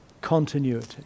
continuity